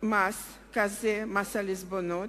מס כזה, מס על עיזבונות,